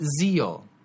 zeal